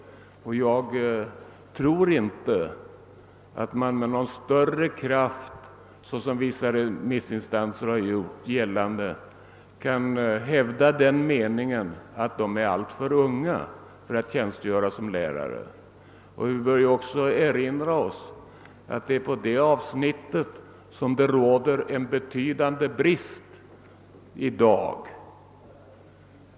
Jag tror inte att man med någon större kraft kan, såsom vissa remissinstanser har försökt, hävda den meningen, att de skulle vara alltför unga för att tjänstgöra som lärare. Man bör också erinra sig att det på detta område råder en betydande brist i dag.